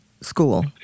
school